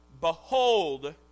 Behold